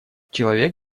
человек